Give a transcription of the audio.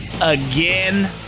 again